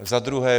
Za druhé.